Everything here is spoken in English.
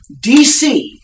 DC